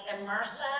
immersive